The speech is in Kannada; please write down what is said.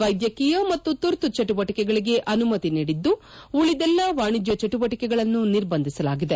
ವ್ನೆದ್ಜಕೀಯ ಮತ್ತು ತುರ್ತು ಚಟುವಟಿಕೆಗಳಿಗೆ ಅನುಮತಿ ನೀಡಿದ್ಲು ಉಳಿದೆಲ್ಲಾ ವಾಣಿಜ್ನ ಚಟುವಟಿಕೆಗಳನ್ನು ನಿರ್ಬಂಧಿಸಲಾಗಿದೆ